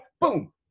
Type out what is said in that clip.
boom